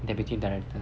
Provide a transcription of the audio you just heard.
deputy director